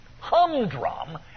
humdrum